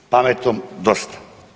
Pametnom dosta.